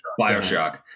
Bioshock